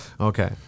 Okay